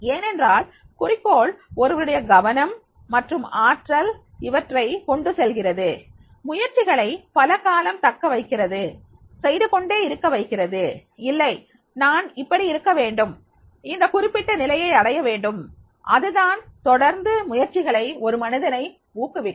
ஏனென்றால் குறிக்கோள் ஒருவருடைய கவனம் மற்றும் ஆற்றல் இவற்றை கொண்டுசெல்கிறது முயற்சிகளை பலகாலம் தக்க வைக்கிறது செய்து கொண்டே இருக்க வைக்கிறது இல்லை நான் இப்படி இருக்க வேண்டும் இந்த குறிப்பிட்ட நிலையை அடைய வேண்டும் இதுதான் தொடர்ந்து முயற்சிகளை ஒரு மனிதனை ஊக்குவிக்கும்